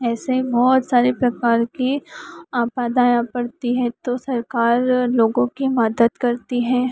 ऐसे ही बहुत सारे प्रकार की आपदाएँ आ पड़ती हैं तो सरकार लोगों की मदद करती हैं